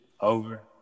over